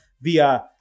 via